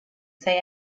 say